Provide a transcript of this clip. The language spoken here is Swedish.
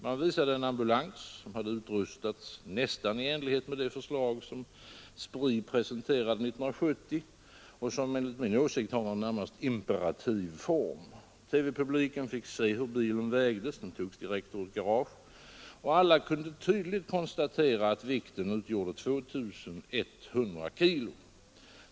Man visade en ambulans, som hade utrustats nästan i enlighet med de förslag som SPRI presenterade 1970 och som enligt min åsikt har en närmast imperativ form. TV-publiken fick se hur bilen vägdes — den togs direkt ur garage — och alla kunde tydligt konstatera att vikten utgjorde 2 100 kg.